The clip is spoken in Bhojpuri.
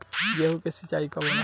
गेहूं के सिंचाई कब होला?